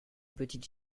petite